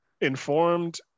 informed